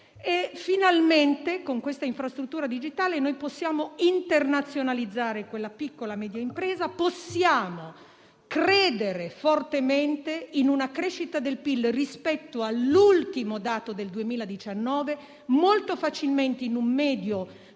Finalmente, con questa infrastruttura digitale, noi possiamo internazionalizzare quella piccola e media impresa. Possiamo credere fortemente in una crescita del PIL, rispetto all'ultimo dato del 2019, molto facilmente in un medio periodo